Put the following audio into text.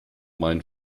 mein